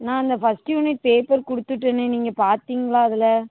நான் அந்த first unit paper கொடுத்துட்டேனே நீங்கள் பார்த்தீங்களா அதில்